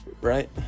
Right